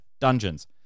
dungeons